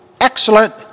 excellent